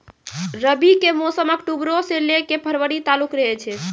रबी के मौसम अक्टूबरो से लै के फरवरी तालुक रहै छै